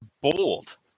Bold